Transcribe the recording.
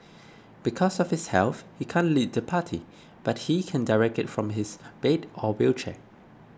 because of his health he can't lead the party but he can direct it from his bed or wheelchair